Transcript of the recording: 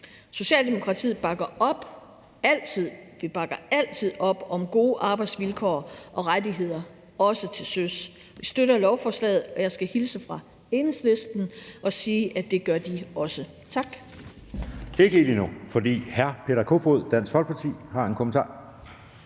Socialdemokratiet bakker vi altid op om gode arbejdsvilkår og rettigheder, også til søs, og vi støtter lovforslaget, og jeg skal hilse fra Enhedslisten og sige, at det gør de også. Tak.